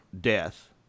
death